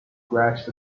scratch